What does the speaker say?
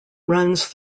runs